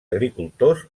agricultors